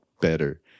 better